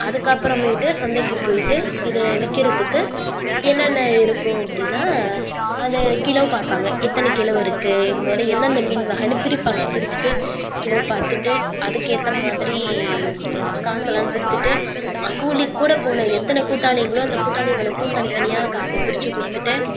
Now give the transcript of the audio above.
அதுக்கப்புறமேட்டு சந்தைக்கு போய்ட்டு இதை விற்கிறத்துக்கு என்னென்ன இருக்கும் அப்படின்னா அதை கிலோ பார்ப்பாங்க எத்தனை கிலோ இருக்குது இது முதல்ல எந்தெந்த மீன் வகைனு பிரிப்பாங்க பிரிச்சுட்டு கிலோ பார்த்துட்டு அதுக்கேற்ற மாதிரி காசெலாம் கொடுத்துட்டு கூலிக்கு கூட போன எத்தனை கூட்டாளிகளோ அந்த கூட்டாளிங்களுக்கும் தனித்தனியாக காசை பிரிச்சு கொடுத்துட்டு